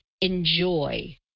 enjoy